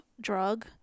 drug